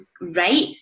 right